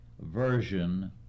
version